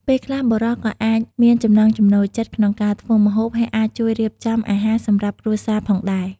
ពេលខ្លះបុរសក៏អាចមានចំណង់ចំណូលចិត្តក្នុងការធ្វើម្ហូប ហើយអាចជួយរៀបចំអាហារសម្រាប់គ្រួសារផងដែរ។